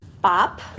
Bop